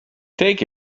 take